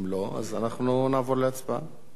אם לא, אנחנו נעבור להצבעה.